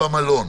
במלון.